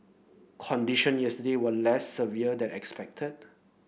condition yesterday were less severe than expected